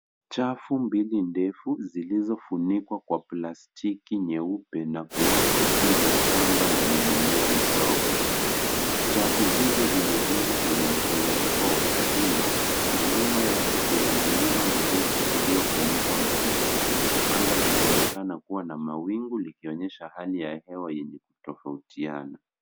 Chafu mbili ndefu zilizofunikwa kwa plastiki nyeupe na kuwekwa juu ya shamba lenye mimea midogo. Chafu hizo zimejengwa kwenye mteremko wa kilima na nyuma yake kuna milima mirefu iliyofunikwa na miti. Anga linaonekana kuwa na mawingu likionyesha hali ya hewa yenye kutofautiana.